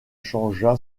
changea